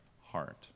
heart